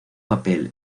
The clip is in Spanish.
papel